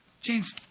James